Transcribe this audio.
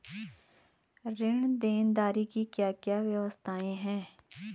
ऋण देनदारी की क्या क्या व्यवस्थाएँ हैं?